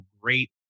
great